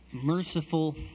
Merciful